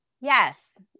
Yes